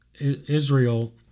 Israel